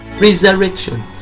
resurrection